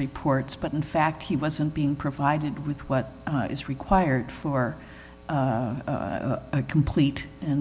reports but in fact he wasn't being provided with what is required for a complete and